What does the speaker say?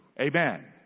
Amen